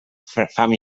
fam